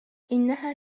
إنها